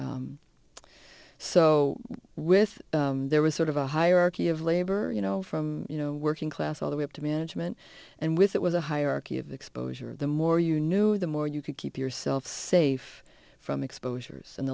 so with there was sort of a hierarchy of labor you know from you know working class all the way up to management and with it was a hierarchy of exposure of the more you knew the more you could keep yourself safe from exposures and